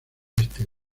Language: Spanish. este